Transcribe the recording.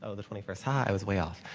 ah the twenty first, ha-ha-ha, it was way off.